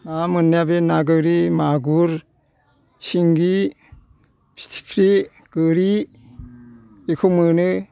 ना मोन्नाया बे ना गोरि मागुर सिंगि फिथिख्रि गोरि बेखौ मोनो